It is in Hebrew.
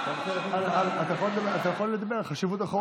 אתה יכול לדבר על חשיבות החוק.